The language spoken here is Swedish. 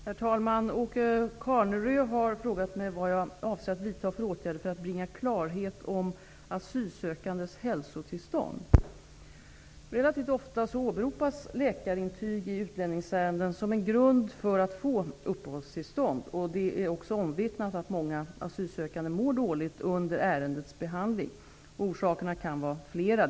Herr talman! Åke Carnerö har frågat mig vad jag avser att vidta för åtgärder för att bringa klarhet om asylsökandes hälsotillstånd. Relativt ofta åberopas läkarintyg i utlänningsärenden som en grund för att få uppehållstillstånd. Det är också omvittnat att många asylsökande mår dåligt under ärendets behandling. Orsakerna kan vara flera.